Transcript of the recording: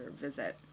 visit